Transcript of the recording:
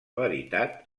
veritat